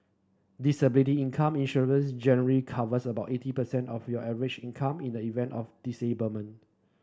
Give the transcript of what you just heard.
disability income insurance generally covers about eighty percent of your average income in the event of a disablement